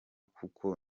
kuko